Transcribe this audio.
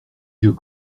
yeux